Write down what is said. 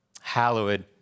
Hallowed